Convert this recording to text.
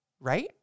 Right